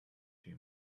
too